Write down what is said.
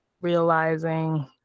realizing